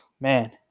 man